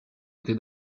doté